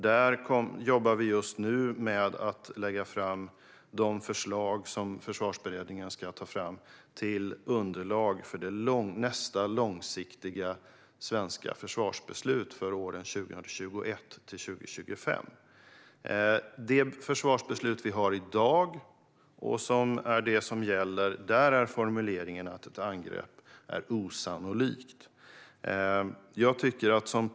Vi jobbar just nu med att lägga fram de förslag till underlag som Försvarsberedningen ska ta fram inför det nästa långsiktiga svenska försvarsbeslutet, för åren 2021-2025. I det försvarsbeslut vi har i dag, som är det som gäller, är formuleringen att ett angrepp är "osannolikt".